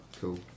cool